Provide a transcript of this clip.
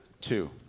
two